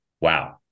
wow